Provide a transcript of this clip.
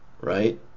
Right